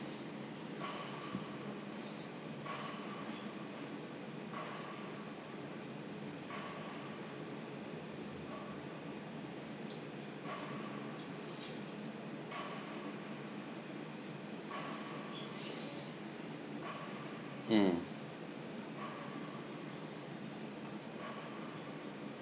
mm